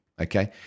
Okay